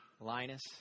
Linus